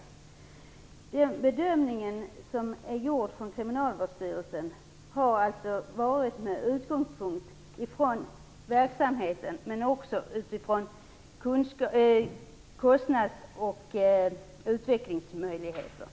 Utgångspunkter för den bedömning som gjorts av Kriminalvårdsstyrelsen har varit dels verksamheten, dels kostnaderna och utvecklingsmöjligheterna.